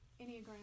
Enneagram